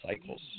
cycles